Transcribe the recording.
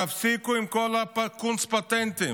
תפסיקו עם כל הקונץ-פטנטים.